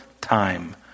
time